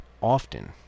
often